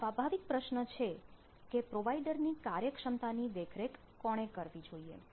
અહીં સ્વાભાવિક પ્રશ્ન છે કે પ્રોવાઇડર ની કાર્યક્ષમતા ની દેખરેખ કોણે કરવી જોઈએ